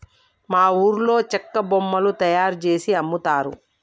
మా ఊర్లో చెక్క బొమ్మలు తయారుజేసి అమ్ముతారు